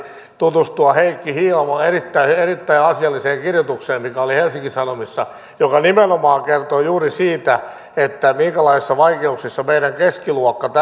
tutustua heikki hiilamon erittäin asialliseen kirjoitukseen mikä oli helsingin sanomissa se nimenomaan kertoi juuri siitä että minkälaisissa vaikeuksissa meidän keskiluokkamme